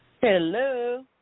Hello